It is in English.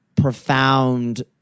profound